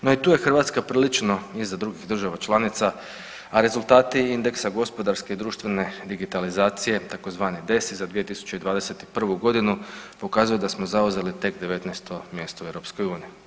No i tu je Hrvatska prilično iza drugih državnih članica, a rezultati indeksa gospodarske i društvene digitalizacije tzv. DESI za 2021.g. pokazuje da smo zauzeli tek 19. mjesto u EU.